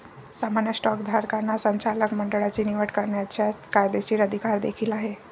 सामान्य स्टॉकधारकांना संचालक मंडळाची निवड करण्याचा कायदेशीर अधिकार देखील आहे